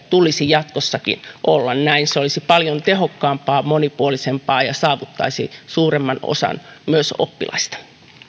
tulisi jatkossakin olla näin se olisi paljon tehokkaampaa monipuolisempaa ja saavuttaisi suuremman osan myös oppilaista